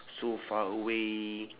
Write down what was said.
so far away